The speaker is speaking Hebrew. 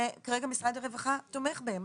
וכרגע משרד הרווחה תומך בהם.